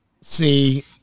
See